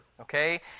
Okay